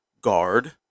guard